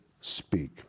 speak